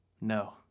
No